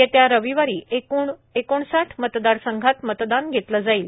येत्या रविवारी एकूण एकोणसाठ मतदारसंघात मतदान घेतलं जाईल